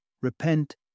repent